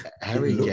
Harry